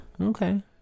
Okay